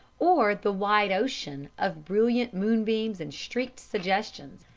or the wide ocean of brilliant moonbeams and streaked suggestions.